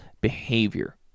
behavior